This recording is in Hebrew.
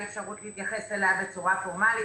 אפשרות להתייחס אליה בצורה פורמלית,